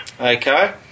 Okay